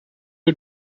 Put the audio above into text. you